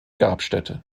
grabstätte